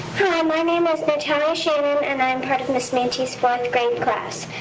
hello. my name is natalia sherman, and i'm part of miss mante's fourth-grade class.